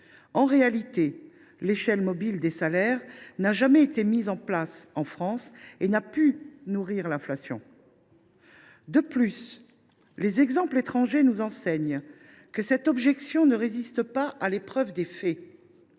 En réalité, l’échelle mobile des salaires n’a jamais été mise en place en France et n’a donc pas pu nourrir l’inflation. De plus, les exemples étrangers nous enseignent que cette objection ne résiste pas à l’épreuve des faits.